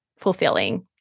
fulfilling